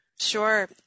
Sure